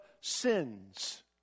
sins